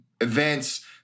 events